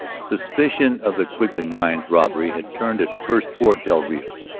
suspicion of the quigley mines robbery had turned at first toward del rio.